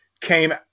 came